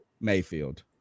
Mayfield